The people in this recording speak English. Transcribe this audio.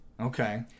Okay